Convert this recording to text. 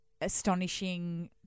astonishing